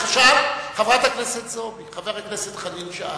חברת הכנסת זועבי, חבר הכנסת חנין שאל,